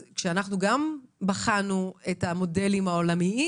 כשבחנו את המודלים העולמיים,